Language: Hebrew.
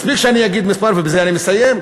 מספיק שאני אגיד מספר, ובזה אני מסיים: